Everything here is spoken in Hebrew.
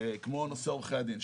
וכמו נושא עורכי הדין,